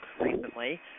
recently